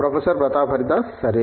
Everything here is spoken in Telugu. ప్రొఫెసర్ ప్రతాప్ హరిదాస్ సరే